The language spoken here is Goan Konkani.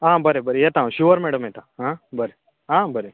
आं बरें बरें येता हांव शुवर मेडम येता हां बरें आं बरें